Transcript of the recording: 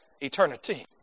eternity